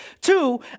two